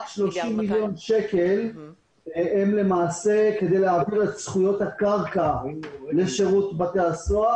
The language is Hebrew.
רק 30 מיליון שקל הם כדי להעביר את זכויות הקרקע לשירות בתי הסוהר.